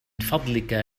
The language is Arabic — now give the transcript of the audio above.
فضلك